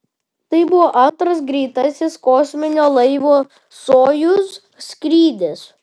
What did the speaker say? tai buvo antras greitasis kosminio laivo sojuz skrydis